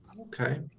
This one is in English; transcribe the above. Okay